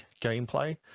gameplay